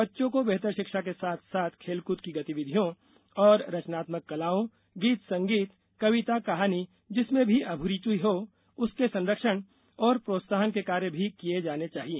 बच्चों को बेहतर शिक्षा के साथ साथ खेलकूद की गतिविधियों और रचनात्मक कलाओं गीत संगीत कविता कहानी जिसमें भी अभिरूचि हो उनके संरक्षण और प्रोत्साहन के कार्य भी किये जाने चाहिए